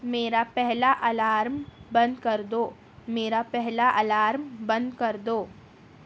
میرا پہلا الارم بند کر دو میرا پہلا الارم بند کر دو